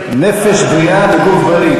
נפש בריאה בגוף בריא.